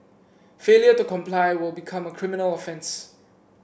failure to comply will become a criminal offence